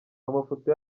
amafoto